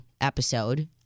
episode